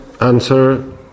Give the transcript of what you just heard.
answer